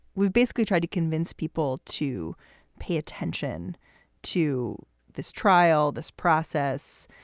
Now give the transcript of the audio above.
we've basically tried to convince people to pay attention to this trial, this process